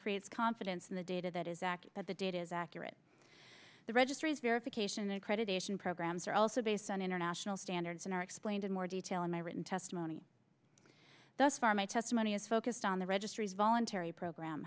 creates confidence in the data that is back at the data is accurate the registry's verification accreditation programs are also based on international standards and are explained in more detail in my written testimony thus far my testimony is focused on the registries voluntary program